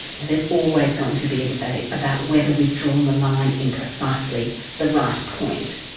and there's always going to be a debate about whether we've drawn the line in precisely the right point.